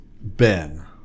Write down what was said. Ben